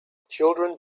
children